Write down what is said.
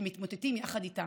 שמתמוטטים יחד איתם,